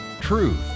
Truth